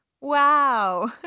wow